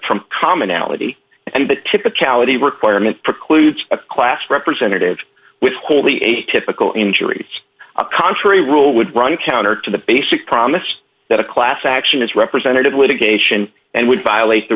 from commonality and the typicality requirement precludes a class representative withhold the atypical injury contrary rule would run counter to the basic promise that a class action is representative litigation and would violate the